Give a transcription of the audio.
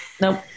nope